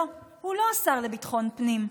לא, הוא לא השר לביטחון פנים.